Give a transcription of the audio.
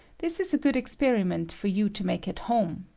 this is a good esperiment for you to make at home.